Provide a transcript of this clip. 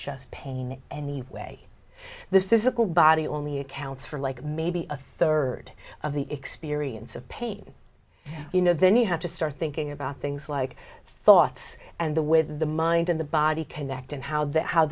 just pain anyway the physical body only accounts for like maybe a third of the experience of pain you know then you have to start thinking about things like thoughts and the with the mind and the body connect and how